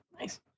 Nice